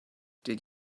did